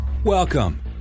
Welcome